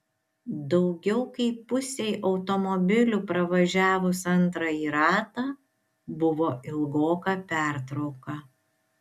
daugiau kaip pusei automobilių pravažiavus antrąjį ratą buvo ilgoka pertrauka